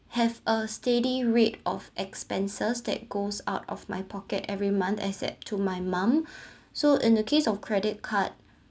have a steady rate of expenses that goes out of my pocket every month except to my mum so in the case of credit card